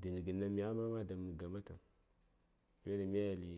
dəni gən ɗan mighai ma dab mə gamatəŋ ghəryo ɗaŋ mya yeli